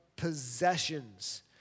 possessions